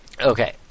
Okay